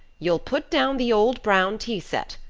you'll put down the old brown tea set.